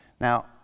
Now